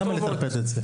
למה לטרפד את זה?